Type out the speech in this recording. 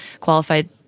qualified